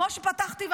כמו שפתחתי ואמרתי,